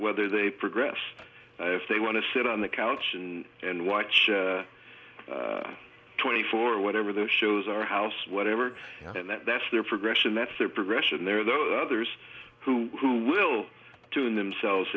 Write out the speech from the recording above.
whether they progress if they want to sit on the couch and and watch twenty four or whatever their shows are house whatever and that that's their progression that's their progression there are those others who will tune themselves